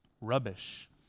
rubbish